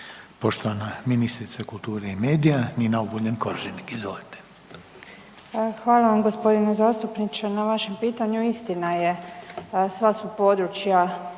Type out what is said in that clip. Poštovana ministrica kulture i medija Nina Obuljen Koržinek. **Obuljen Koržinek, Nina** Hvala vam gospodine zastupniče na vašem pitanju. Istina je sva su područja